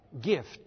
gift